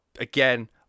again